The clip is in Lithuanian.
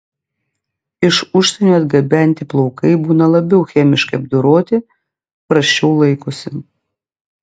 iš užsienio atgabenti plaukai būna labiau chemiškai apdoroti prasčiau laikosi